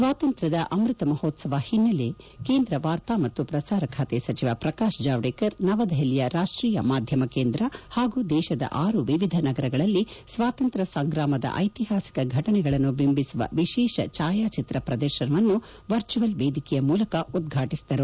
ಸ್ವಾತಂತ್ರ್ಯದ ಅಮೃತ ಮಹೋತ್ಸವ ಹಿನ್ನಲೆ ಕೇಂದ್ರ ವಾರ್ತಾ ಮತ್ತು ಪ್ರಸಾರ ಸಚಿವ ಪ್ರಕಾಶ್ ಜಾವಡೇಕರ್ ನವದೆಹಲಿಯ ರಾಷ್ಟೀಯ ಮಾಧ್ಯಮ ಕೇಂದ್ರ ಹಾಗೂ ದೇಶದ ಆರು ವಿವಿಧ ನಗರಗಳಲ್ಲಿ ಸ್ವಾತಂತ್ರ್ಯ ಸಂಗಾಮದ ಐತಿಹಾಸಿಕ ಫಟನೆಗಳನ್ನು ಬಿಂಬಿಸುವ ವಿಶೇಷ ಭಾಯಾಚಿತ್ರ ಪ್ರದರ್ತನವನ್ನು ವರ್ಚುವಲ್ ವೇದಿಕೆಯ ಮೂಲಕ ಉದ್ಘಾಟಿಸಿದರು